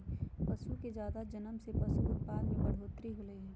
पशु के जादा जनम से पशु उत्पाद में बढ़ोतरी होलई ह